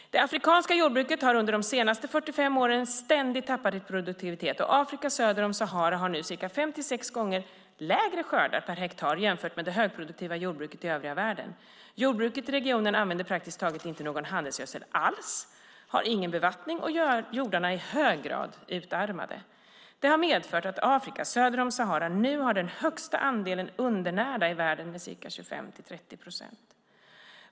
Det afrikanska jordbruket har under de senaste 45 åren ständigt tappat i produktivitet, och Afrika söder om Sahara har nu fem till sex gånger lägre skördar per hektar jämfört med det högproduktiva jordbruket i övriga världen. Jordbruket i regionen använder praktiskt taget inte någon handelsgödsel alls, har ingen bevattning och jordarna är i hög grad utarmade. Det har medfört att Afrika söder om Sahara nu har den högsta andelen undernärda i världen, 25-30 procent.